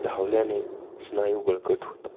धावल्याने स्नायू बळकट होतात